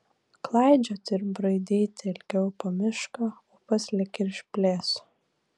klaidžioti ir braidyti ilgiau po mišką ūpas lyg ir išblėso